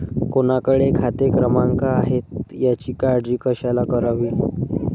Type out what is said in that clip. कोणाकडे खाते क्रमांक आहेत याची काळजी कशाला करावी